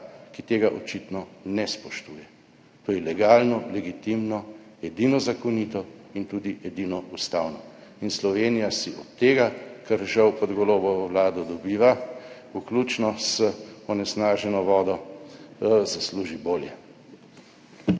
ki tega očitno ne spoštuje. To je legalno, legitimno, edino zakonito in tudi edino ustavno. In Slovenija si od tega, kar žal pod Golobovo vlado dobiva, vključno z onesnaženo vodo, zasluži bolje.